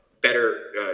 better